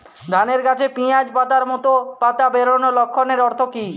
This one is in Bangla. ধানের গাছে পিয়াজ পাতার মতো পাতা বেরোনোর লক্ষণের অর্থ কী?